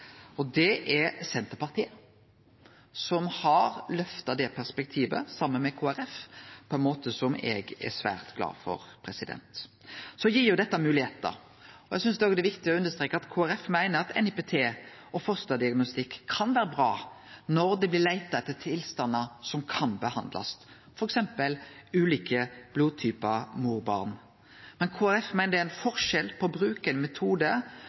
og det er Senterpartiet, som har løfta det perspektivet, saman med Kristeleg Folkeparti, på ein måte som eg er svært glad for. Dette gir jo moglegheiter. Eg synest òg det er viktig å understreke at Kristeleg Folkeparti meiner at NIPT og fosterdiagnostikk kan vere bra når det blir leita etter tilstandar som kan behandlast, f.eks. ulike blodtypar mor–barn. Men Kristeleg Folkeparti meiner det er forskjell på å bruke ein metode